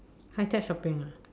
high tech shopping ah